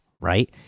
right